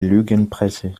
lügenpresse